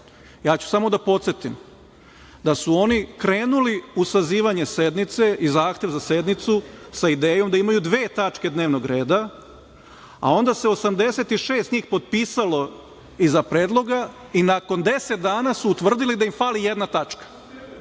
ću samo da podsetim da su oni krenuli u sazivanje sednice i zahtev za sednicu sa idejom da imaju dve tačke dnevnog reda, a onda se 86 njih potpisalo iza predloga i nakon deset dana su utvrdili da im fali jedna tačka.